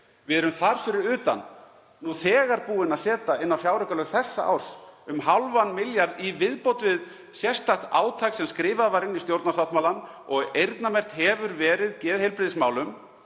Við erum þar fyrir utan nú þegar búin að setja inn á fjáraukalög þessa árs um hálfan milljarð í viðbót við sérstakt átak sem skrifað var inn í stjórnarsáttmálann og eyrnamerkt hefur verið geðheilbrigðismálum.